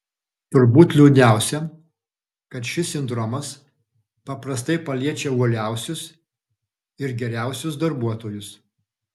turbūt liūdniausia kad šis sindromas paprastai paliečia uoliausius ir geriausius darbuotojus